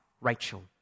Rachel